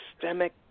systemic